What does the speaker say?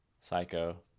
psycho